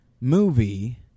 movie